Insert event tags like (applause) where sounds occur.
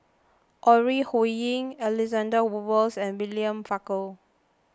Ore Huiying Alexander (unintelligible) Wolters and William Farquhar